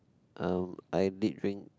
um I did drink